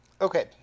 Okay